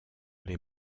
les